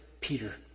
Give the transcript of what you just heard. Peter